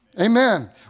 Amen